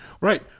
right